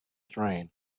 strain